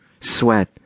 sweat